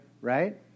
right